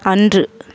அன்று